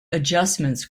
adjustments